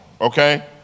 okay